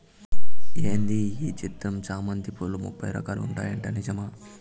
ఏంది ఈ చిత్రం చామంతి పూలు ముప్పై రకాలు ఉంటాయట నిజమా